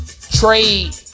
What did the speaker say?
Trade